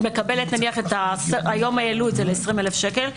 היא מקבלת נניח היום העלו את זה ל-20,000 שקל,